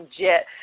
jet